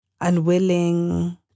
unwilling